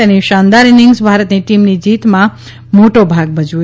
તેની શાનદાર ઇનિંગ્સે ભારતની ટીમની જીતમાં મોટો ભાગ ભજવ્યો